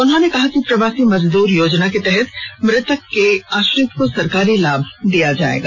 उन्होंने कहा कि प्रवासी मजदूर योजना के तहत मृतक के आश्रितों को सरकारी लाभ दिया जायेगा